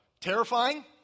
terrifying